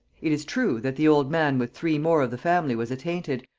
it is true that the old man with three more of the family was attainted,